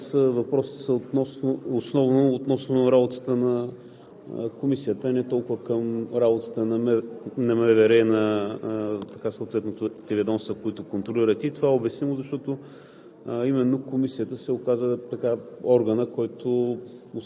Уважаема госпожо Председател! Уважаеми господин Терзийски, задаваните към Вас въпроси са основно относно работата на Комисията, не толкова към работата на МВР и на съответните ведомства, които контролирате. Това е обяснимо, защото